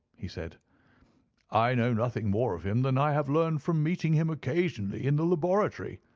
he said i know nothing more of him than i have learned from meeting him occasionally in the laboratory.